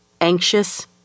anxious